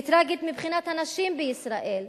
היא טרגית מבחינת הנשים בישראל,